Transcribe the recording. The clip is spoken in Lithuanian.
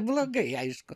blogai aišku